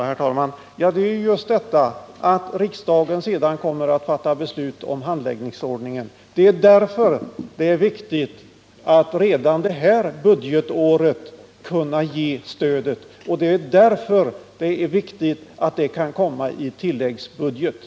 Herr talman! Just därför att riksdagen sedan kommer att fatta beslut om handläggningsordningen är det viktigt att redan detta budgetår kunna ge stödet. Därför är det också viktigt att saken kan komma med i tilläggsbudgeten.